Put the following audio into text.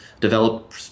develop